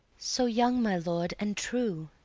so young, my lord, and true.